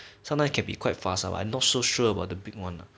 sometimes can be quite fast uh but I not so sure about the big one